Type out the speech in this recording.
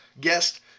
guest